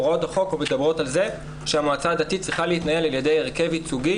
הוראות החוק מדברות על זה שהמועצה הדתית צריכה להתנהל על ידי הרכב ייצוגי